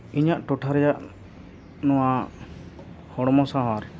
ᱤᱧᱟᱹᱜ ᱴᱚᱴᱷᱟ ᱨᱮᱭᱟᱜ ᱱᱚᱣᱟ ᱦᱚᱲᱢᱚ ᱥᱟᱶᱟᱨ